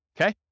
Okay